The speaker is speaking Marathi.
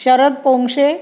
शरद पोंक्षे